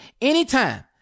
anytime